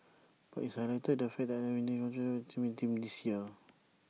but IT highlighted the fact that unwinding of main theme this year